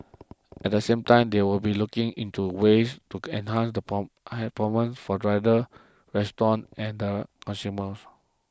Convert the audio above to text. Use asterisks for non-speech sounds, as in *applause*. at the same time they will be looking into ways to enhance *unintelligible* performance for riders restaurants and the consumers